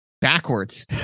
backwards